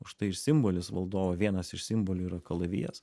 užtai ir simbolis valdovo vienas iš simbolių yra kalavijas